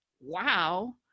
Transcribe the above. wow